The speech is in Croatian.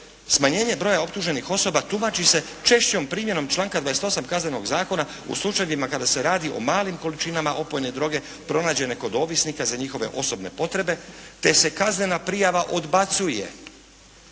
smanjenje broja optuženih osoba tumači se češćom primjenom članka 28. Kaznenog zakona u slučajevima kada se radi o malim količinama opojne droge pronađene kod ovisnika za njihove osobne potrebe te se kaznena prijava odbacuje